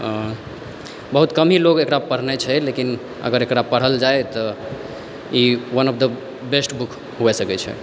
हंय बहुत कम ही लोग एकरा पढ़ने छै लेकिन अगर एकरा पढ़ल जाय तऽ ई बेस्ट बुक होय सकै छै